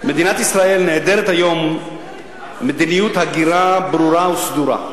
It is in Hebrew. במדינת ישראל נעדרת היום מדיניות הגירה ברורה וסדורה.